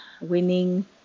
winning